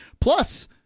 plus